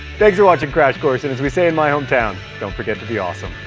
thanks for watching crash course and as we say in my hometown don't forget to be awesome.